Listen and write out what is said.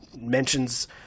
mentions